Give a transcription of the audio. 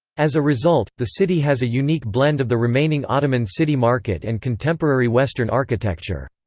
as a result, the city has a unique blend of the remaining ottoman city market and contemporary western architecture.